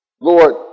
Lord